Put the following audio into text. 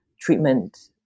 treatment